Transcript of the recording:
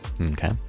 okay